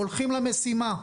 הולכים למשימה,